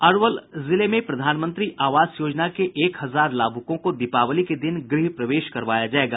अरवल जिले में प्रधानमंत्री आवास योजना के एक हजार लाभुकों को दीपावली के दिन गृह प्रवेश करवाया जायेगा